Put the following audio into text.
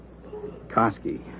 Kosky